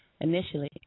initially